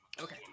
Okay